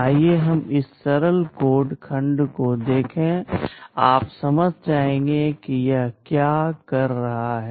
आइए हम इस सरल कोड खंड को देखें आप समझ जाएंगे कि यह क्या कर रहा है